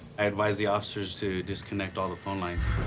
advise the officers to disconnect all the phone lines.